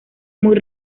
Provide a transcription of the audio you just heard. muy